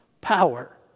power